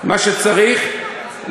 מה שצריך,